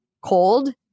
cold